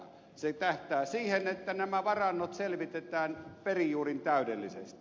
se tähtää siihen että nämä varannot selvitetään perin juurin täydellisesti